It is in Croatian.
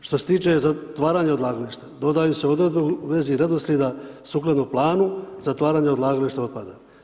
Što se tiče zatvaranje odlagališta, dodaju se odredbe u vezi redosljeda sukladno planu zatvarenje odlagalište otpada.